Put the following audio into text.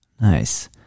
Nice